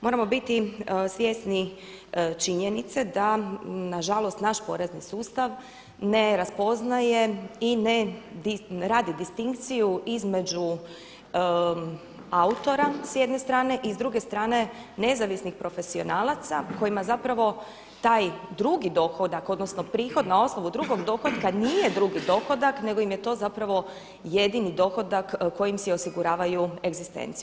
Moramo biti svjesni činjenice da nažalost naš porezni sustav ne raspoznaje i ne radi distinkciju između autora s jedne strane i s druge strane nezavisnih profesionalaca kojima zapravo taj drugi dohodak, odnosno prihod na osnovu drugog dohotka nije drugi dohodak nego im je to zapravo jedini dohodak kojim si osiguravaju egzistenciju.